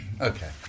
Okay